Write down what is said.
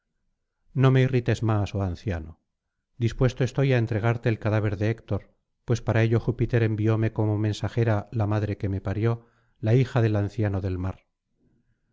no me irrites más oh anciano dispuesto estoy á entregarte el cadáver de héctor pues para ello júpiter envióme como mensajera la madre que me parió la hija del anciano del mar